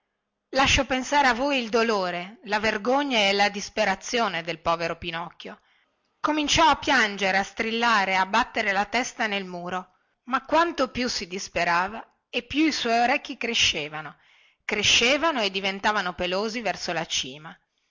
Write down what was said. lascio pensare a voi il dolore la vergogna e la disperazione del povero pinocchio cominciò a piangere a strillare a battere la testa nel muro ma quanto più si disperava e più i suoi orecchi crescevano crescevano e diventavano pelosi verso la cima